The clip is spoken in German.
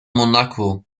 monaco